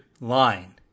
line